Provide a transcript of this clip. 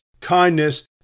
kindness